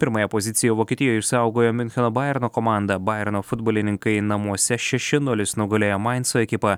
pirmąją poziciją vokietijoje išsaugojo miuncheno bajerno komanda bajerno futbolininkai namuose šeši nulis nugalėjo mainso ekipą